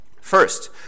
First